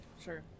Sure